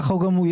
כך הוא גם יגיד.